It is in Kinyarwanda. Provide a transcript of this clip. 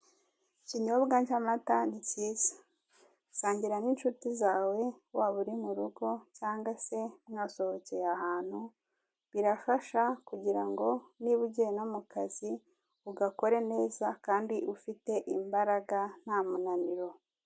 Ikibyobwa cy'amata ni kiza sangira n'inshuti zawe waba uri murugo cyangwa se mwasohokeye ahantu birafasha kugira ngo niba ugiye no mu kazi, ugakore neza kandi ufite imbaraga nta munaniro.